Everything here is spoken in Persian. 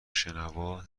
شنوا